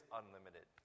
unlimited